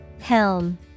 Helm